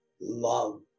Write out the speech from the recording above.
love